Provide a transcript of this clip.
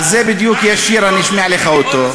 זה בדיוק, יש שיר, אני אשמיע לך אותו.